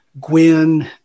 Gwyn